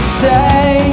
say